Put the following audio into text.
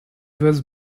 was